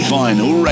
final